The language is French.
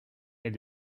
est